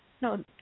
no